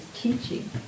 teaching